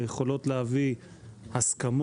ביכולות להביא להסכמות,